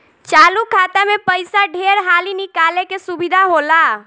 चालु खाता मे पइसा ढेर हाली निकाले के सुविधा होला